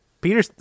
Peter